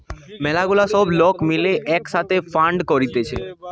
ম্যালা গুলা সব লোক মিলে এক সাথে ফান্ড করতিছে